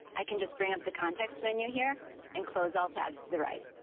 i can just bring up the context menu here and close all tabs to the right.